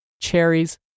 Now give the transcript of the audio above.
cherries